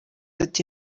ati